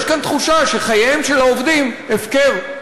יש כאן תחושה שחייהם של העובדים הפקר.